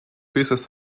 pieces